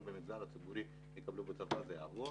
במגזר הציבורי יקבלו בצבא וזה יעבור,